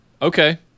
Okay